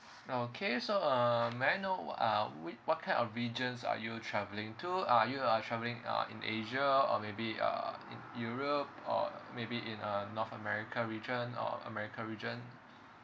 okay so um may I know uh which what kind of regions are you travelling to are you are travelling uh in asia or maybe uh in europe or maybe in uh north america region or america region